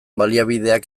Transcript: baliabideak